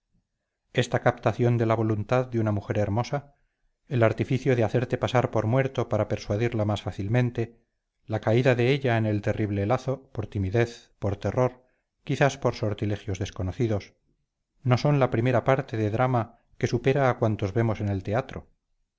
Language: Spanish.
esta captación de la voluntad de una mujer hermosa el artificio de hacerte pasar por muerto para persuadirla más fácilmente la caída de ella en el terrible lazo por timidez por terror quizás por sortilegios desconocidos no son una primera parte de drama que supera a cuantos vemos en el teatro